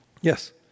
Yes